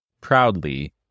proudly